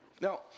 Now